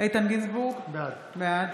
איתן גינזבורג, בעד